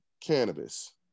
cannabis